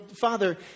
Father